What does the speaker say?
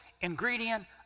ingredient